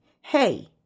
Hey